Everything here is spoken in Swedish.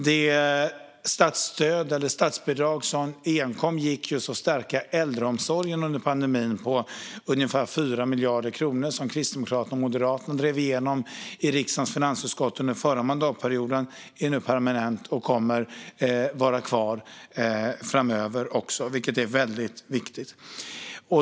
Det statsbidrag på ungefär 4 miljarder kronor som enkom gick till att stärka äldreomsorgen under pandemin och som Kristdemokraterna och Moderaterna drev igenom i riksdagens finansutskott under den förra mandatperioden är nu permanent och kommer att vara kvar framöver. Detta är viktigt.